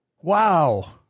Wow